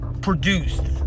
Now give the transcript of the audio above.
produced